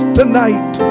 tonight